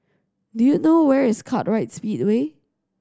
do you know where is Kartright Speedway